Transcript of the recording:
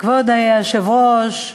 כבוד היושב-ראש,